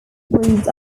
breeds